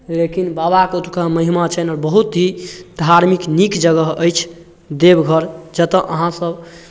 लेकिन बाबाके ओतौका महिमा छनि आओर बहुत ही धार्मिक नीक जगह अछि देवघर जतऽ अहाँसब